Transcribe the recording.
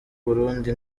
burundi